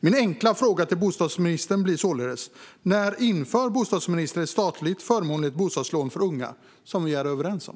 Min enkla fråga till bostadsministern blir således: När inför bostadsministern ett statligt förmånligt bostadslån för unga, som vi är överens om?